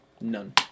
None